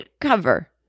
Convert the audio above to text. cover